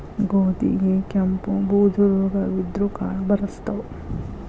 ಗೋಧಿಗೆ ಕೆಂಪು, ಬೂದು ರೋಗಾ ಬಿದ್ದ್ರ ಕಾಳು ಬರ್ಸತಾವ